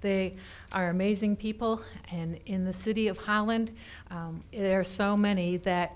they are amazing people and in the city of holland there are so many that